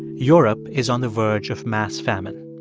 europe is on the verge of mass famine.